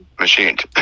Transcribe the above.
machined